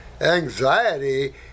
Anxiety